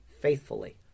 faithfully